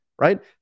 right